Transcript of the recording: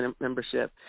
membership